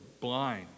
blind